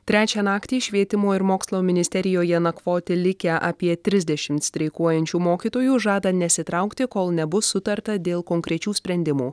trečią naktį švietimo ir mokslo ministerijoje nakvoti likę apie trisdešimt streikuojančių mokytojų žada nesitraukti kol nebus sutarta dėl konkrečių sprendimų